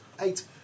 Eight